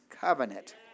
covenant